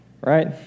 right